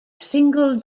single